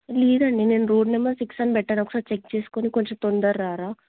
లేదండి నేను road number six అని పెట్టాను ఒకసారి చెక్ చేసుకొని కొంచెం తొందరగా రా